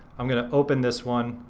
i'm gonna open this one.